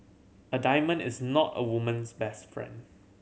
a diamond is not a woman's best friend